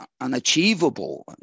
unachievable